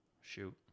Shoot